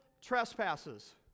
trespasses